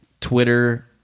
Twitter